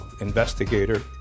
investigator